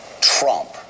Trump